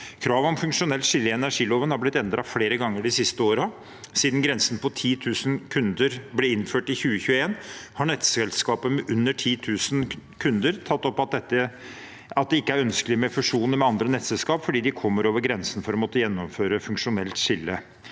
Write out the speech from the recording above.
Kravet om funksjonelt skille i energiloven er blitt endret flere ganger de siste årene. Siden grensen på 10 000 kunder ble innført i 2021, har nettselskaper med under 10 000 kunder tatt opp at det ikke er ønskelig med fusjoner med andre nettselskaper, fordi de da kommer over grensen for å måtte gjennomføre funksjonelt skille.